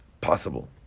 possible